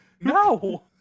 No